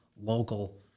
local